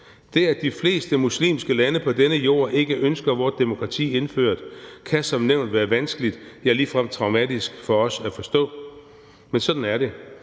Det, at de fleste muslimske lande på denne Jord ikke ønsker vort demokrati indført, kan som nævnt være vanskeligt, ja, ligefrem traumatisk for os at forstå, men sådan er det.